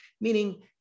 Meaning